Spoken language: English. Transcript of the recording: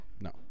No